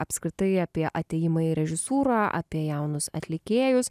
apskritai apie atėjimą į režisūrą apie jaunus atlikėjus